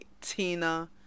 Tina